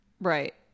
Right